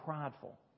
prideful